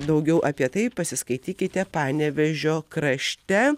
daugiau apie tai pasiskaitykite panevėžio krašte